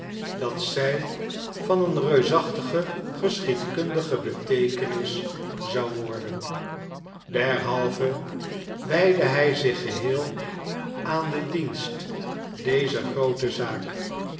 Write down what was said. dat zij van een reusachtige geschiedkundige beteekenis zou worden derhalve wijdde hij zich geheel aan den dienst dezer groote zaak